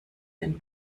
den